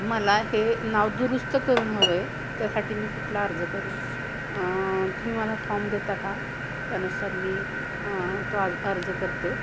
मला हे नाव दुरुस्त करून हवं आहे त्यासाठी मी कुठला अर्ज करू तुम्ही मला फॉर्म देता का त्यानुसार मी तो आज अर्ज करते